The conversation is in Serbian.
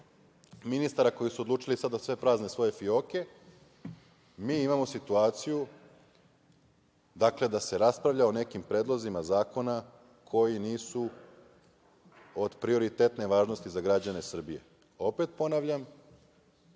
ministara koji su odlučili da sada prazne svoje fioke, mi imamo situaciju da se raspravlja o nekim predlozima zakona koji nisu od prioritetne važnosti za građane Srbije. Opet ponavljam,